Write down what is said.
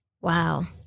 Wow